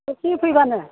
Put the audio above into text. ससे फैब्लानो